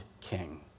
king